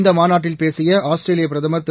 இந்த மாநாட்டில் பேசிய ஆஸ்திரேலிய பிரதமர் திரு